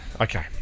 Okay